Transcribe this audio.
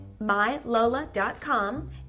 mylola.com